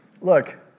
look